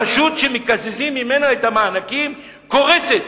רשות שמקזזים ממנה את המענקים, קורסת.